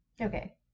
Okay